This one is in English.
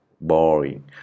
Boring